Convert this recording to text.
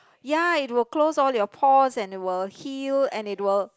ya it will close all your pores and it will heal and it will